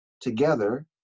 together